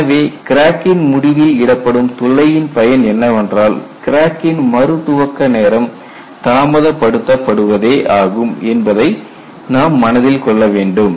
எனவே கிராக்கின் முடிவில் இடப்படும் துளையின் பயன் என்னவென்றால் கிராக்கின் மறு துவக்க நேரம் தாமதப்படுத்தப்படுவதே ஆகும் என்பதை நாம் மனதில் கொள்ள வேண்டும்